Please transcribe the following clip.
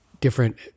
different